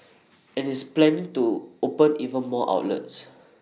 and it's planning to open even more outlets